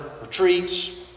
retreats